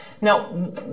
Now